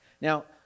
Now